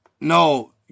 no